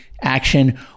action